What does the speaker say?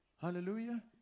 Hallelujah